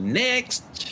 next